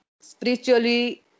Spiritually